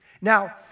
Now